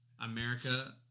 America